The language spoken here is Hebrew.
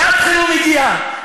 שעת חירום הגיעה.